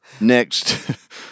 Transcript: Next